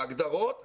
ההגדרות "אמיץ"